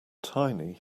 tiny